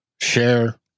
share